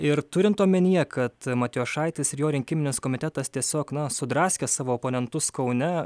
ir turint omenyje kad matijošaitis ir jo rinkiminis komitetas tiesiog sudraskė savo oponentus kaune